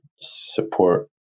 support